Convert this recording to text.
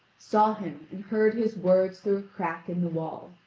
saw him and heard his words through a crack in the wall.